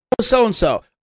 so-and-so